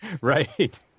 right